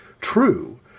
true